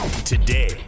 Today